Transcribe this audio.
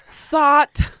Thought